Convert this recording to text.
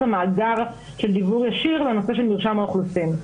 המאגר של דיוור ישיר לנושא של מרשם האוכלוסין.